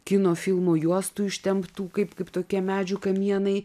kino filmų juostų ištemptų kaip kaip tokie medžių kamienai